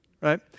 right